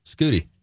Scooty